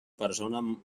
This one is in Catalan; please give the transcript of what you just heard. persona